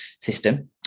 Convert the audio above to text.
system